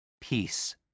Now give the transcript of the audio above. Peace